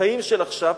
חיים של עכשיו.